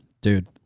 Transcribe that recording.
dude